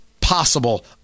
possible